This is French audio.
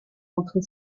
entrée